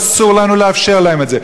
ואסור לנו לאפשר להם את זה.